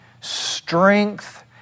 strength